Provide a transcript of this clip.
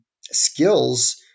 skills